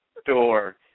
store